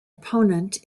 opponent